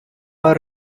are